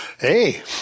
Hey